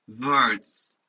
words